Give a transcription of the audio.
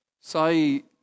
say